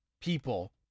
people